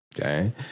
Okay